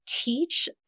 teach